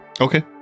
okay